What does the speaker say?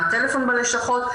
מה הטלפון בלשכות.